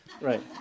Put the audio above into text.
Right